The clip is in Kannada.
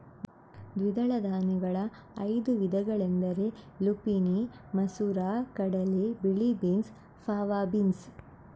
ದ್ವಿದಳ ಧಾನ್ಯಗಳ ಐದು ವಿಧಗಳೆಂದರೆ ಲುಪಿನಿ ಮಸೂರ ಕಡಲೆ, ಬಿಳಿ ಬೀನ್ಸ್, ಫಾವಾ ಬೀನ್ಸ್